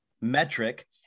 metric